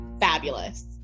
fabulous